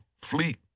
fleet